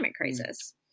crisis